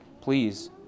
please